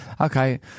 Okay